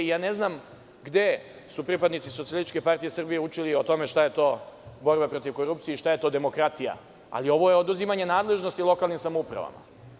Ja ne znam gde su pripadnici SPS učili o tome šta je to borba protiv korupcije i šta je to demokratija, ali ovo je oduzimanje nadležnosti lokalnim samoupravama.